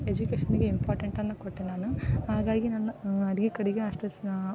ಎಜ್ಯುಕೇಶನ್ಗೆ ಇಂಪಾರ್ಟೆಂಟನ್ನು ಕೊಟ್ಟೆ ನಾನು ಹಾಗಾಗಿ ನನ್ನ ಅಡುಗೆ ಕಡೆಗೆ ಅಷ್ಟು ಸಹ